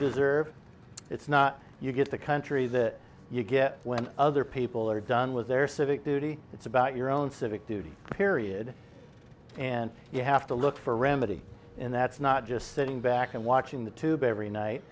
deserve it's not you get the country that you get when other people are done with their civic duty it's about your own civic duty period and you have to look for a remedy and that's not just sitting back and watching the tube every night